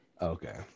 Okay